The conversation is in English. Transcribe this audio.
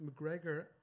McGregor